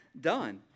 done